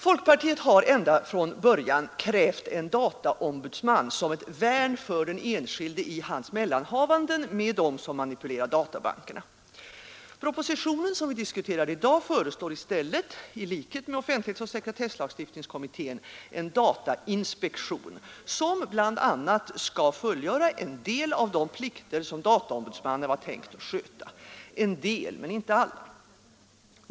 Folkpartiet har ända från början krävt en dataombudsman som ett värn för den enskilde i hans mellanhavanden med dem som manipulerar databankerna. Propositionen, som vi diskuterar i dag, föreslår i stället i likhet med offentlighetsoch sekretesslagstiftningskommittén en datainspektion, som bl.a. skall fullgöra en del av de plikter som dataombudsmannen har tänkts att sköta — en del, men inte alla.